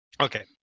Okay